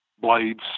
blades